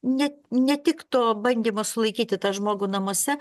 ne ne tik to bandymo sulaikyti tą žmogų namuose